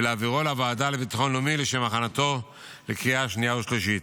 ולהעבירו לוועדה לביטחון לאומי לשם הכנתו לקריאה שנייה ושלישית.